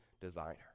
designer